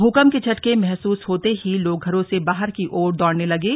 भूकंप के झटके महसूस होते ही लोग लोग घरों से बाहर की ओर दौड़ने लगे